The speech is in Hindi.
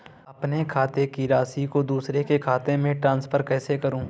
अपने खाते की राशि को दूसरे के खाते में ट्रांसफर कैसे करूँ?